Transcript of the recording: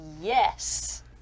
yes